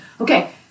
Okay